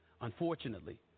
Unfortunately